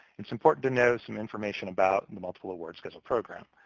it's important to know some information about and the multiple awards schedule program.